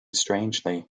strangely